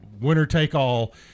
winner-take-all